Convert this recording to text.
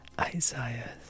Isaiah